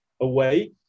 away